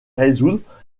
résoudre